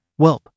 Welp